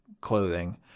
clothing